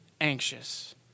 anxious